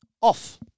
off